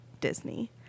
Disney